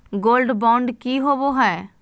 Gold bond की होबो है?